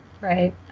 right